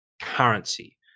currency